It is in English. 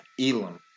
Elam